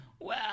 Wow